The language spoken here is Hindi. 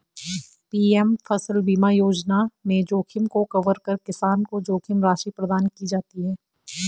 पी.एम फसल बीमा योजना में जोखिम को कवर कर किसान को जोखिम राशि प्रदान की जाती है